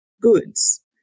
goods